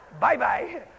bye-bye